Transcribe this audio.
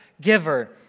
giver